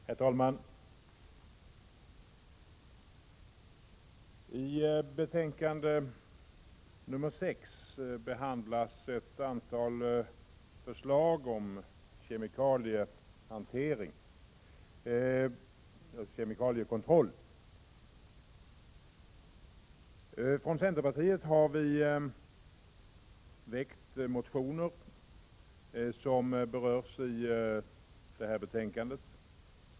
Herr talman! I jordbruksutskottets betänkande 6 behandlas ett antal förslag om kemikaliehantering och kemikaliekontroll. Från centerpartiet har vi väckt motioner som berörs i betänkandet.